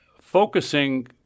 focusing